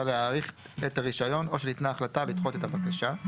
להאריך את הרישיון או שניתנה החלטה לדחות את הבקשה.